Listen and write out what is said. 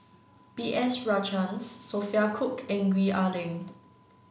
B S Rajhans Sophia Cooke and Gwee Ah Leng